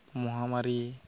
ᱢᱚᱦᱟᱢᱟᱨᱤ